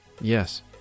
Yes